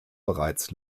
bereits